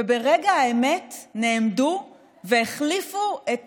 וברגע האמת נעמדו והחליפו את